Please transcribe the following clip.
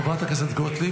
חברת הכנסת גוטליב,